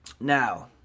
Now